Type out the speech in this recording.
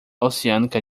oceânica